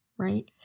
right